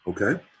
Okay